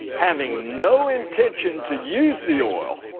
having no intention to use the oil,